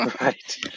right